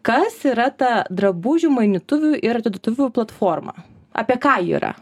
kas yra ta drabužių mainytuvių ir atiduotuvių platforma apie ką ji yra